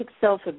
self